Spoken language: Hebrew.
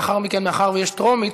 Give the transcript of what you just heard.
לאחר מכן, מאחר שיש טרומית,